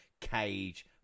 cage